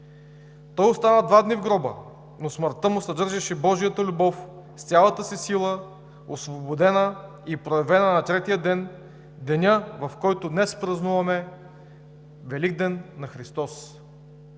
Той остава два дни в гроба, но смъртта му съдържаше божията любов с цялата си сила, освободена и проявена на третия ден – деня, в който днес празнуваме Великден на Христос.